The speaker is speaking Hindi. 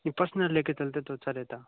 ये पर्सनल लेकर चलते तो अच्छा रहता